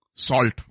Salt